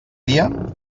dia